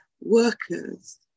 workers